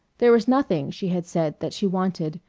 there was nothing, she had said, that she wanted,